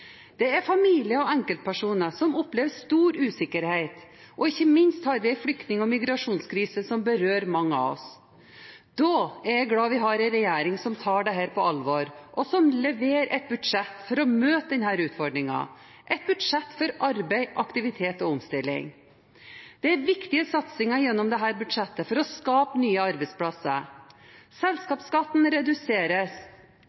Det er familier og enkeltpersoner som opplever stor usikkerhet, og ikke minst har vi en flyktning- og migrasjonskrise som berører mange av oss. Da er jeg glad vi har en regjering som tar dette på alvor, og som leverer et budsjett for å møte denne utfordringen – et budsjett for arbeid, aktivitet og omstilling. Det er viktige satsninger gjennom dette budsjettet for å skape nye arbeidsplasser. Selskapsskatten reduseres,